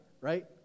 right